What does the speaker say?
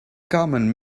common